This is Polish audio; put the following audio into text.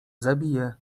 zabije